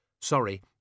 Sorry